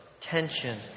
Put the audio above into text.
tension